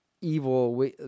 evil